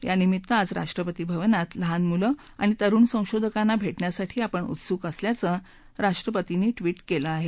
यानिमित्त आज राष्ट्रपती भवनात लहान मुलं आणि तरुण संशोधकांना भेटण्यासाठी आपण उत्सुक असल्याचं ट्विट राष्ट्रपतींनी केलं आहे